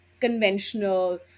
conventional